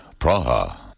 Praha